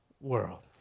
world